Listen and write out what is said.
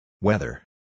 Weather